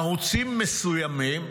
בערוצים מסוימים,